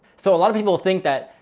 so a lot of people think that,